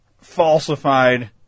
falsified